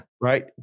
Right